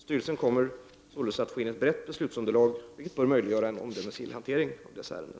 Styrelsen kommer således att få in ett brett beslutsunderlag, vilket bör möjliggöra en omdömesgill hantering av dessa ärenden.